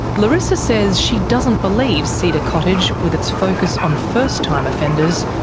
larissa says she doesn't believe cedar cottage, with its focus on first-time offenders,